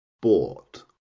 bought